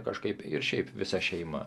kažkaip ir šiaip visa šeima